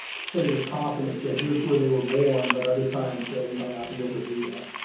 say with confidence. yeah. here's where they were born. but other times you might not be able to do that.